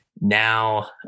now